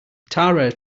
tara